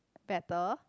better